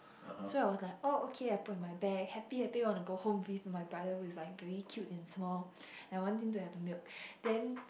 so I was like oh okay I put in my bag happy happy wanna go home with my brother who is like very cute and small I want him to have the milk then